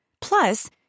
Plus